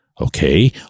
Okay